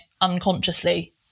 unconsciously